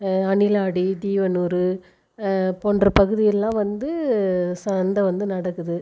அணிலாடி தீவனூறு போன்ற பகுதிகள்லாம் வந்து சந்தை வந்து நடக்குது